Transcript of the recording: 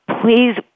please